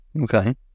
Okay